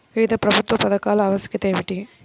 వివిధ ప్రభుత్వా పథకాల ఆవశ్యకత ఏమిటి?